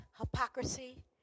hypocrisy